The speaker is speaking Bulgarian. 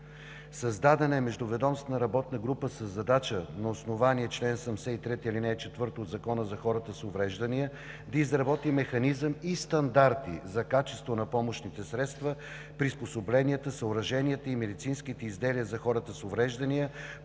Създадена е Междуведомствена работна група със задача на основание чл. 73, ал. 4 от Закона за хората с увреждания да изработи механизъм и стандарти за качество на помощните средства, приспособленията, съоръженията и медицинските изделия за хората с увреждания